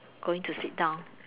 going to sit down